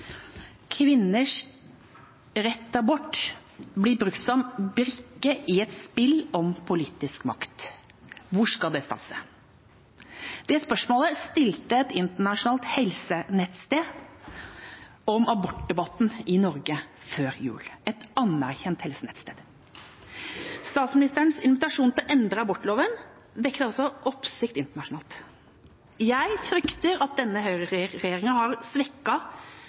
Kvinners rett til abort blir brukt som brikke i et spill om politisk makt. Hvor skal det stanse? Det spørsmålet stilte et internasjonalt helsenettsted om abortdebatten i Norge før jul, et anerkjent helsenettsted. Statsministerens invitasjon til å endre abortloven vekker altså oppsikt internasjonalt. Jeg frykter at denne høyreregjeringen har